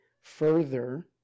further